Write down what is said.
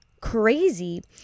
crazy